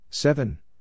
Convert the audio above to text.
Seven